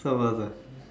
some of us ah